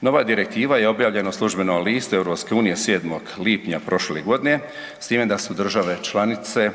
Nova direktiva je objavljena u Službenom listu EU 7. lipnja prošle godine, s time da su države članice